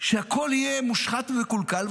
שהכול יהיה מושחת ומקולקל,